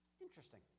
Interesting